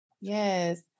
Yes